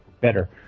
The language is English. better